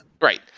Right